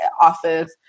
office